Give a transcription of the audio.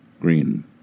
Green